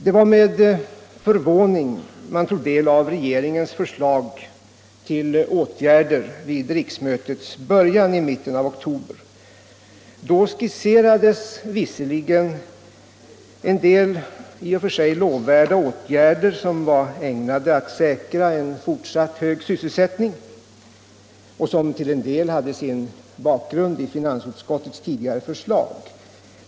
Det var med förvåning man tog del av regeringens förslag till åtgärder vid riksmötets början i mitten av oktober. Då skisserades visserligen en del i och för sig lovvärda åtgärder, som var ägnade att säkra en fortsatt hög sysselsättning och som till en del hade sin bakgrund i finansutskottets tidigare förslag.